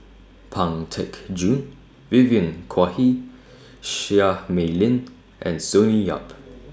Pang Teck Joon Vivien Quahe Seah Mei Lin and Sonny Yap